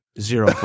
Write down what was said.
Zero